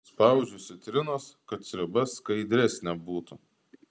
įspaudžiu citrinos kad sriuba skaidresnė būtų